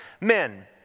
men